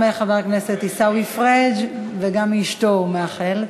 גם חבר הכנסת עיסאווי פריג', וגם מאשתו הוא מאחל.